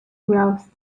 growth